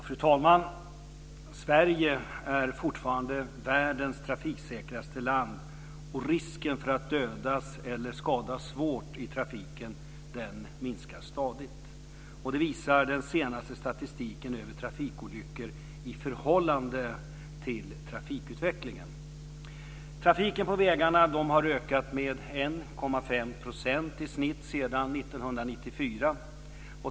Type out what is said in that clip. Fru talman! Sverige är fortfarande världens trafiksäkraste land, och risken för att dödas eller skadas svårt i trafiken minskar stadigt. Det visar den senaste statistiken över trafikolyckor i förhållande till trafikutvecklingen. Trafiken på vägarna har ökat med 1,5 % i snitt sedan 1994.